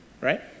right